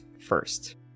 first